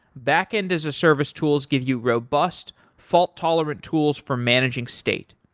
backend as a service tools give you robust, fault-tolerant tools for managing state.